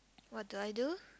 what do I do